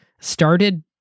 started